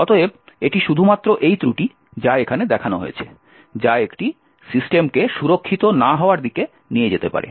অতএব এটি শুধুমাত্র এই ত্রুটি যা এখানে দেখানো হয়েছে যা একটি সিস্টেমকে সুরক্ষিত না হওয়ার দিকে নিয়ে যেতে পারে